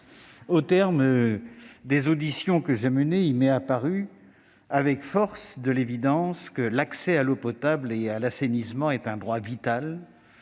Au terme des auditions que j'ai menées, il m'est apparu avec la force de l'évidence que l'accès à l'eau potable et à l'assainissement est un droit vital,